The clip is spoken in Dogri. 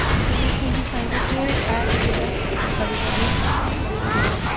अच्छा तुस मिगी सनाई सकदे ओ कि एह् ऐ किद्धर ऐ हरी पैलेस हरी निवास